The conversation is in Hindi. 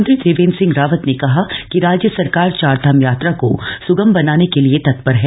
मुख्यमंत्री त्रिवेन्द्र सिंह राम्रत ने कहा कि राज्य सरकार चार्रधाम याम्रा को सुगम बनामे के लिए तत्पर है